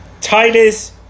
Titus